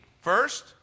First